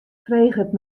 freget